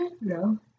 No